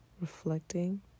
reflecting